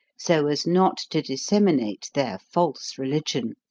so as not to disseminate their false religion.